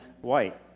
white